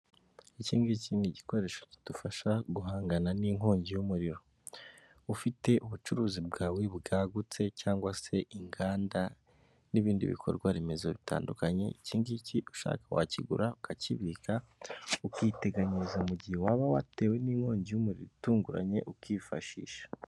Iki ngiki ni igikoresho kidufasha guhangana n'inkongi y'umuriro, ufite ubucuruzi bwawe bwagutse cyangwa se inganda n'ibindi bikorwaremezo bitandukanye, iki ngiki ushaka wakigura ukakibika ukiteganyiriza mu gihe waba watewe n'inkongi y'umuriro itunguranye ukifashisha.